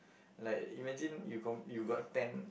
like imagine you go~ you got ten